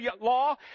law